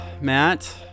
Matt